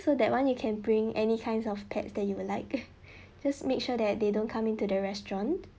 so that [one] you can bring any kinds of pets that you will like just make sure that they don't come into the restaurant